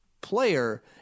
player